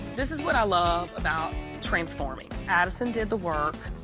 this is what i love about transforming. addison did the work,